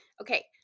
Okay